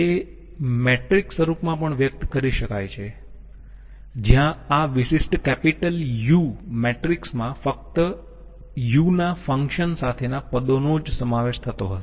તે મેટ્રિક્સ સ્વરૂપમાં પણ વ્યક્ત કરી શકાય છે જ્યા આ વિશિષ્ટ કેપિટલ U મેટ્રિક્સ માં ફક્ત u ના ફંક્શન સાથેના પદો નો જ સમાવેશ થતો હશે